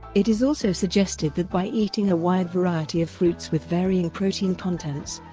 it is also suggested that by eating a wide variety of fruits with varying protein contents,